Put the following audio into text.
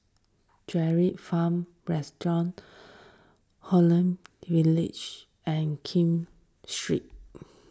D'Kranji Farm Restaurant and Kim Street